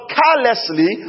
carelessly